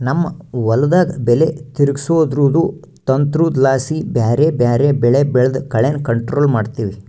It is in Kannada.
ನಮ್ ಹೊಲುದಾಗ ಬೆಲೆ ತಿರುಗ್ಸೋದ್ರುದು ತಂತ್ರುದ್ಲಾಸಿ ಬ್ಯಾರೆ ಬ್ಯಾರೆ ಬೆಳೆ ಬೆಳ್ದು ಕಳೇನ ಕಂಟ್ರೋಲ್ ಮಾಡ್ತಿವಿ